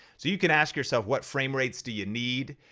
so you can ask yourself what frame rates do you need.